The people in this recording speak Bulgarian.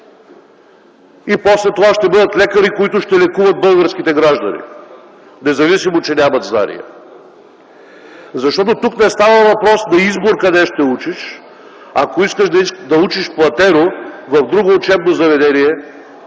После това ще бъдат лекари, които ще лекуват българските граждани, независимо че нямат знания, защото тук не става въпрос на избор къде ще учиш. Ако искаш да учиш платено в друго учебно заведение